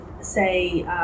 say